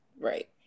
Right